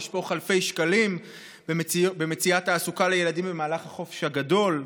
לשפוך אלפי שקלים ומציאת תעסוקה לילדים במהלך החופש הגדול.